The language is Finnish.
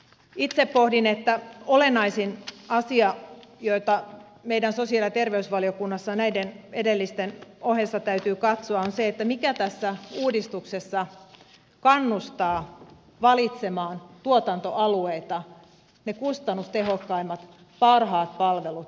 itse pohdin että olennaisin asia jota meidän sosiaali ja terveysvaliokunnassa näiden edellisten ohessa täytyy katsoa on se mikä tässä uudistuksessa kannustaa tuotantoalueita valitsemaan kustannustehokkaimmat parhaat palvelut